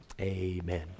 Amen